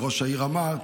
וראש העיר אמר,